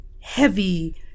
heavy